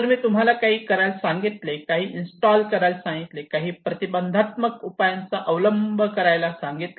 जर मी तुम्हाला काही करायला सांगितले काही इन्स्टॉल करायला सांगितले काही प्रतिबंधात्मक उपायांचा अवलंब करायला सांगितला